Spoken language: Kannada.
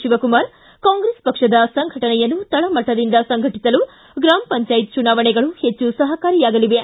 ಶಿವಕುಮಾರ್ ಕಾಂಗ್ರೆಸ್ ಪಕ್ಷದ ಸಂಘಟನೆಯನ್ನು ತಳಮಟ್ಟದಿಂದ ಸಂಘಟಿಸಲು ಗ್ರಾಮ ಪಂಚಾಯತ್ ಚುನಾವಣೆಗಳು ಹೆಚ್ಚು ಸಹಕಾರಿಯಾಗಲಿವೆ